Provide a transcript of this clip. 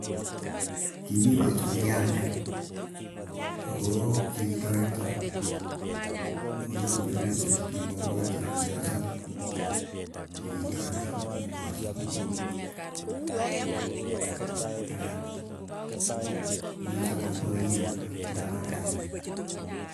Kimii petuu nekiamian akoo, kikitoreto kigiamianii ochei. Kimopuatii ale asope akokitoreta mungu asop. Ara totok paipayet nyuu notinye akoi ranii.